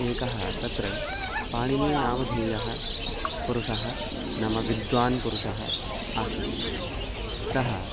एकः तत्र पाणिनी नामधेयः पुरुषः नाम विद्वान् पुरुषः आसीत् सः